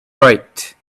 right